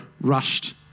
rushed